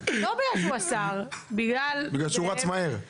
לא בגלל שהוא השר --- בגלל שהוא רץ מהר.